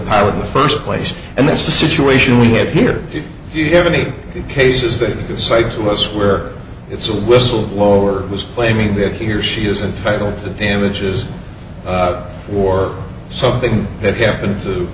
pirate in the first place and that's the situation we have here do you have any cases that besides the us where it's a whistle blower was claiming that he or she is entitled to damages for something that happens to